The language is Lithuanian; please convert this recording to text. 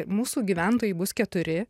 mūsų gyventojai bus keturi